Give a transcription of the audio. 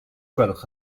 gwelwch